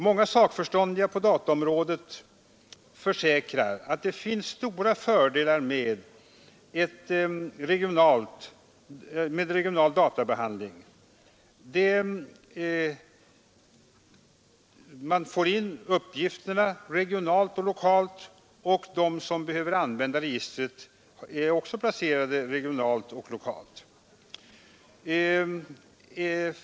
Många sakförståndiga på dataområdet försäkrar att det finns stora fördelar med regional databehandling. Man får in uppgifterna regionalt och lokalt och de som behöver använda registret är också placerade regionalt och lokalt.